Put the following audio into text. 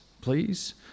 please